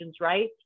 right